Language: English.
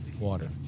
water